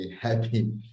happy